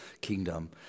kingdom